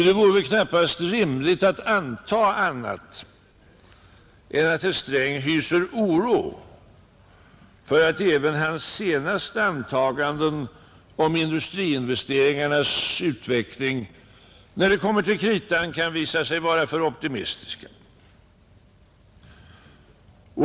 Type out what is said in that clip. Det vore nämligen knappast rimligt att anta annat än att herr Sträng hyser oro för att även hans senaste antaganden om industriinvesteringarnas utveckling när det kommer till kritan kan visa sig vara för optimistiska.